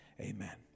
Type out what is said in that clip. Amen